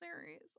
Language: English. series